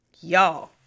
y'all